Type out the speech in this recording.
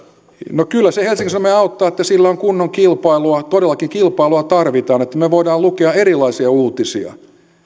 no kyllä se helsingin sanomia auttaa että sillä on kunnon kilpailua todellakin kilpailua tarvitaan että me voimme lukea erilaisia uutisia